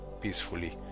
peacefully